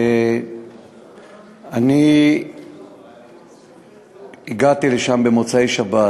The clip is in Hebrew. אני הגעתי לשם במוצאי-שבת,